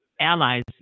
Allies